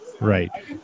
Right